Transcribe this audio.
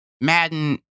Madden